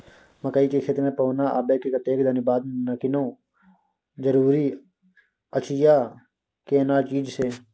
मकई के खेत मे पौना आबय के कतेक दिन बाद निकौनी जरूरी अछि आ केना चीज से?